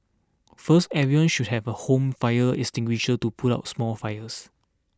first everyone should have a home fire extinguisher to put out small fires